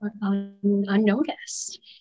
unnoticed